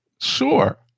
Sure